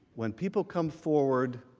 when people come forward,